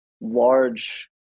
large